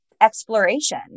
exploration